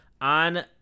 on